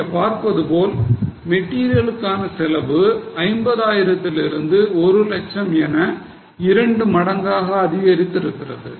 நீங்கள் பார்ப்பது போல் மெட்டீரியலுக்கான செலவு 50 ஆயிரத்திலிருந்து ஒரு லட்சம் என இரண்டு மடங்காக அதிகரித்து இருக்கிறது